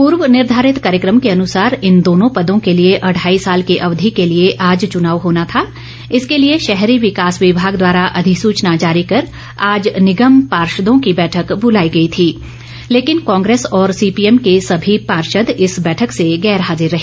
पूर्व निधारित कार्यकम के अनुसार इन दोनों पदों के लिए अढ़ाई साल की अवधि के लिए आज चुनाव होना था इसके लिए शहरी विकास विभाग द्वारा अधिसूचना जारी कर आज निगम पार्षदों की बैठक बुलाई गई थी लेकिन कांग्रेस और सीपीएम के सभी पार्षद इस बैठक से गैर हाज़िर रहे